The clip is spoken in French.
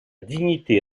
dignité